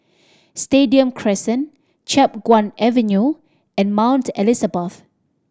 Stadium Crescent Chiap Guan Avenue and Mount Elizabeth